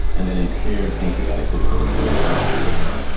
and then impaired pancreatic glucoregulation of the beta cells.